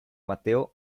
mateo